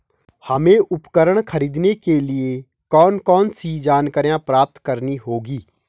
हमें उपकरण खरीदने के लिए कौन कौन सी जानकारियां प्राप्त करनी होगी?